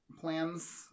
plans